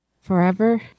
forever